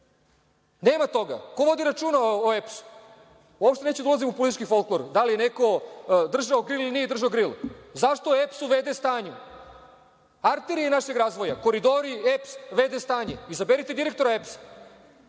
Nema toga. Ko vodi računa o EPS-u? Uopšte neću da ulazim u politički folklor, da li je neko držao gril ili nije držao gril. Zašto je EPS u v.d. stanju? Arterije našeg razvoja, koridori, EPS, v.d. stanje. Izaberite direktora EPS-a.